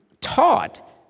taught